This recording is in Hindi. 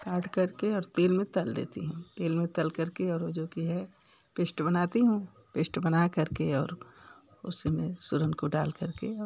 काटकर के और तेल में तल देती हूँ तेल में तलकर के और वो जो कि है पेस्ट बनाती हूँ पेस्ट बनाकर के और उसी में सूरन को डालकर के और